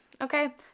okay